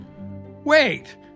Wait